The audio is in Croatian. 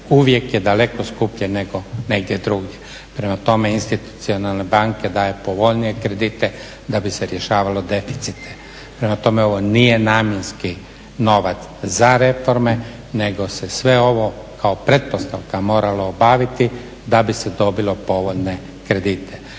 uvijek je daleko skuplje nego negdje drugdje. Prema tome, institucionalne banke daje povoljnije kredite da bi se rješavalo deficite. Prema tome, ovo nije namjenski novac za reforme, nego se sve ovo kao pretpostavka moralo obaviti da bi se dobilo povoljne kredite.